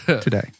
today